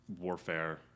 warfare